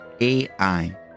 AI